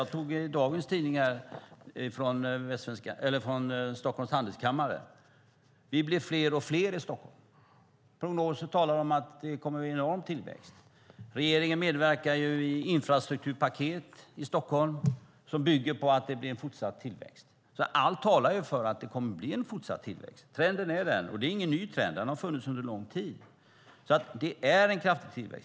Jag tog med mig dagens tidning från Stockholms handelskammare där man skriver att vi blir fler och fler i Stockholm. Prognosen talar om att det kommer att bli en enorm tillväxt. Regeringen medverkar ju i infrastrukturpaket i Stockholm som bygger på att det blir en fortsatt tillväxt, så allt talar för att det kommer att bli en fortsatt tillväxt. Trenden är den, och det är ingen ny trend. Den har funnits under lång tid. Det är en kraftig tillväxt.